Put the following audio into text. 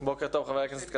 בוקר טוב חבר הכנסת כסיף,